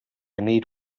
need